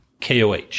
KOH